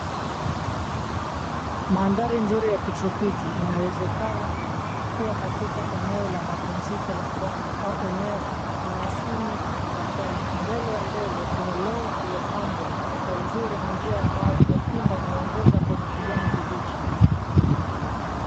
Mandhari nzuri ya kitropiki inawezekana kuwa katika eneo la mapumziko la pwani au eneo la asili la pwani. Mbele ya mbele kuna lawn iliyopambwa kwa uzuri, na njia ya mawe iliyopinda inayo ongoza kwenye kijani kibichi.